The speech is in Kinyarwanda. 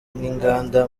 n’inganda